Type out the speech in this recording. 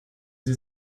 sie